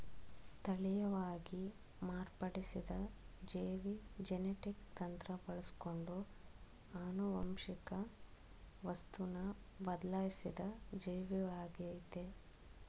ತಳೀಯವಾಗಿ ಮಾರ್ಪಡಿಸಿದ ಜೀವಿ ಜೆನೆಟಿಕ್ ತಂತ್ರ ಬಳಸ್ಕೊಂಡು ಆನುವಂಶಿಕ ವಸ್ತುನ ಬದ್ಲಾಯ್ಸಿದ ಜೀವಿಯಾಗಯ್ತೆ